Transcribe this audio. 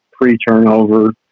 pre-turnover